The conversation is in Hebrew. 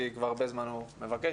כי כבר הרבה זמן הוא מבקש.